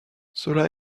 cela